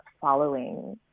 following